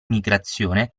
migrazione